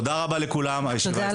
תודה רבה לכולם, הישיבה נעולה.